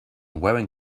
wearing